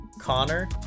Connor